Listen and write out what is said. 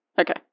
Okay